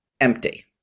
empty